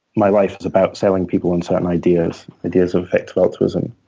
my life is about selling people on certain ideas, ideas of effective altruism.